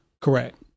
correct